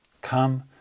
Come